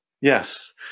yes